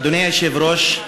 היושב-ראש,